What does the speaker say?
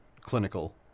clinical